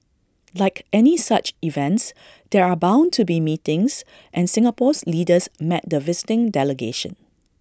like any such events there are bound to be meetings and Singapore's leaders met the visiting delegation